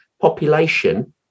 population